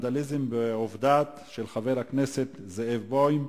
של חבר הכנסת זאב בוים.